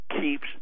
keeps